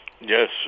Yes